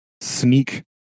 sneak